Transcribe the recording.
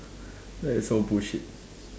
that is so bullshit